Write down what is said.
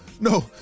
no